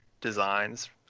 designs